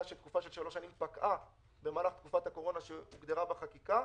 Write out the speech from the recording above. שתקופה של שלוש שנים פקעה במהלך תקופת הקורונה שהוגדרה בחקיקה.